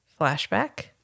flashback